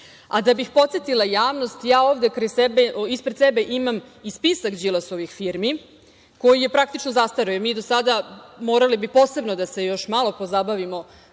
bih podsetila javnost, ispred sebe imam i spisak Đilasovih firmi, koji je praktično zastareo i mi do sada morali bi posebno da se još malo pozabavimo